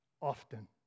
often